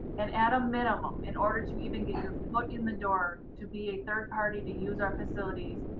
and at a minimum, in order to even get your foot in the door to be a third-party to use our facilities,